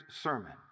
sermon